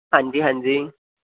ਹਾਂਜੀ ਹਾਂਜੀ